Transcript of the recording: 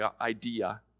idea